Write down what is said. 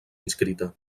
inscrita